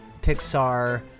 Pixar